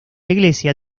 iglesia